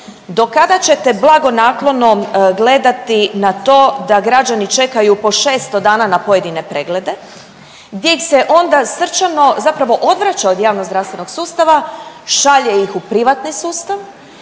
do kada ćete blagonaklono gledati na to da građani čekaju po 600 dana na pojedine preglede gdje ih se onda srčano zapravo odvraća od javnozdravstvenog sustava, šalje ih u privatni sustav